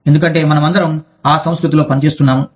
ఎందుకంటే మనమందరం ఆ సంస్కృతిలో పని చేస్తున్నాము